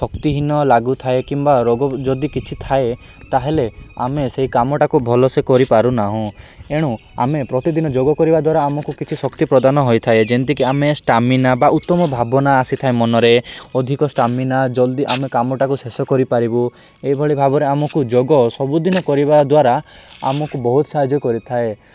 ଶକ୍ତିହୀନ ଲାଗୁଥାଏ କିମ୍ବା ରୋଗ ଯଦି କିଛି ଥାଏ ତା'ହେଲେ ଆମେ ସେଇ କାମଟାକୁ ଭଲ ସେ କରିପାରୁନାହୁଁ ଏଣୁ ଆମେ ପ୍ରତିଦିନ ଯୋଗ କରିବା ଦ୍ୱାରା ଆମକୁ କିଛି ଶକ୍ତି ପ୍ରଦାନ ହୋଇଥାଏ ଯେିତିକି ଆମେ ଷ୍ଟାମିନା ବା ଉତ୍ତମ ଭାବନା ଆସିଥାଏ ମନରେ ଅଧିକ ଷ୍ଟାମିନା ଜଲ୍ଦି ଆମେ କାମଟାକୁ ଶେଷ କରିପାରିବୁ ଏହିଭଳି ଭାବରେ ଆମକୁ ଯୋଗ ସବୁଦିନ କରିବା ଦ୍ୱାରା ଆମକୁ ବହୁତ ସାହାଯ୍ୟ କରିଥାଏ